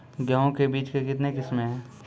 गेहूँ के बीज के कितने किसमें है?